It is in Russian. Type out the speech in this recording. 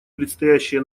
предстоящие